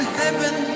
heaven